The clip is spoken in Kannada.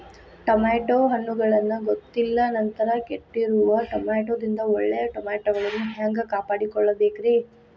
ಟಮಾಟೋ ಹಣ್ಣುಗಳನ್ನ ಗೊತ್ತಿಲ್ಲ ನಂತರ ಕೆಟ್ಟಿರುವ ಟಮಾಟೊದಿಂದ ಒಳ್ಳೆಯ ಟಮಾಟೊಗಳನ್ನು ಹ್ಯಾಂಗ ಕಾಪಾಡಿಕೊಳ್ಳಬೇಕರೇ?